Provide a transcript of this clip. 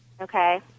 Okay